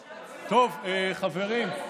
חברים,